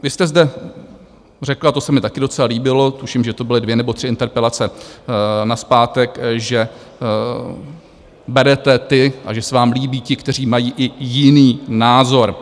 Vy jste zde řekl, a to se mi taky docela líbilo, tuším, že to byly dvě nebo tři interpelace nazpátek, že berete ty a že se vám líbí ti, kteří mají i jiný názor.